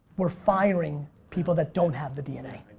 we're firing people that don't have the dna.